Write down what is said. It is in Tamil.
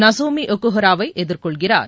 நசோமி ஒக்குஹராவை எதிர்கொள்கிறார்